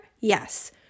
yes